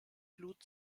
blut